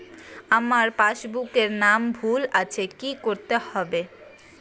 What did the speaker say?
আমার পাসবুকে নাম ভুল আছে কি করতে হবে?